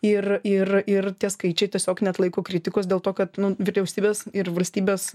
ir ir ir tie skaičiai tiesiog neatlaiko kritikos dėl to kad vyriausybės ir valstybės